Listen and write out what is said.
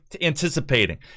anticipating